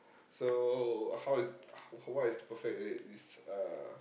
so how how how what is the perfect date with uh